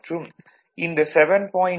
மற்றும் இந்த 7